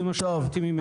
זה מה שהבנתי ממנו.